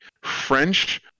French